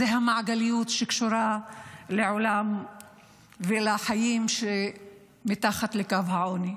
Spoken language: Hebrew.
זו המעגליות שקשורה לעולם ולחיים שמתחת לקו העוני.